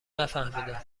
نفهمیدم